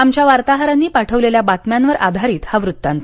आमच्या वार्ताहरांनी पाठवलेल्या बातम्यांवर आधारित हा वृत्तांत